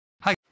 Hi